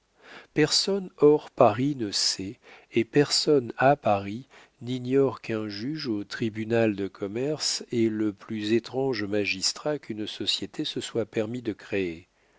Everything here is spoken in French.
personne hors paris ne sait et personne à paris n'ignore qu'un juge au tribunal de commerce est le plus étrange magistrat qu'une société se soit permis de créer